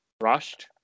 rushed